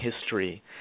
history